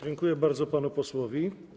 Dziękuję bardzo panu posłowi.